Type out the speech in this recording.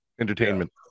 entertainment